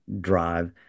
drive